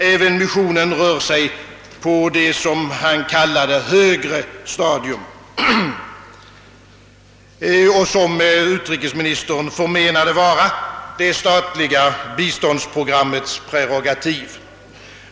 Även missionen rör sig på vad utrikesministern kallade högre stadium, vilket han förmenade vara det statliga biståndsprogrammets prerogativ.